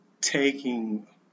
taking